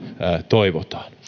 toivotaan